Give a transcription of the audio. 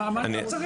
מה עוד אני צריך?